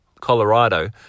Colorado